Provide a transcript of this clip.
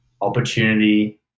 opportunity